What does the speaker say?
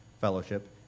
fellowship